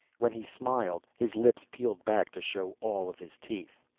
when he smiled his lips peeled back to show all of his teeth.